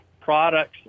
products